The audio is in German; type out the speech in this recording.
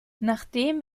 nachdem